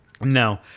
no